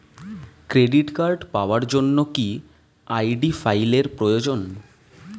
Credit card পাওয়ার জন্য কি আই.ডি ফাইল এর প্রয়োজন?